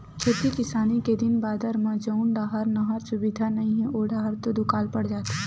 खेती किसानी के दिन बादर म जउन डाहर नहर सुबिधा नइ हे ओ डाहर तो दुकाल पड़ जाथे